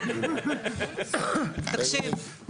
תקשיב.